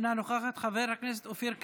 אינה נוכחת, חבר הכנסת אופיר סופר,